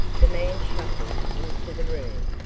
the man shuffled into the room,